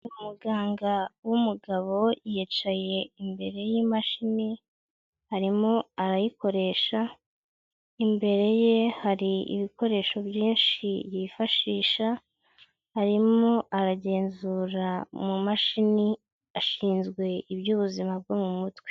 Umuganga w'umugabo yicaye imbere y'imashini, arimo arayikoresha, imbere ye hari ibikoresho byinshi yifashisha, arimo aragenzura mu mashini, ashinzwe iby'ubuzima bwo mu mutwe.